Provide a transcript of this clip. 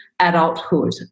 adulthood